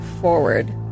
forward